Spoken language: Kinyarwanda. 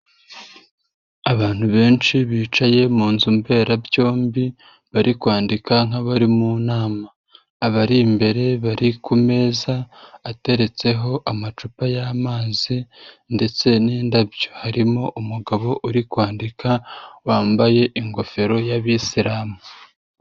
Abantu benshi bicaye mu nzu mberabyombi, bari kwandika nk'abari mu nama. Abari imbere bari ku meza ateretseho amacupa y'amazi, ndetse n'indabyo. Harimo umugabo uri kwandika, wambaye ingofero y'abisilamu.